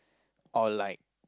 or like